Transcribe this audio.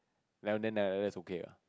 like and then that that's okay ah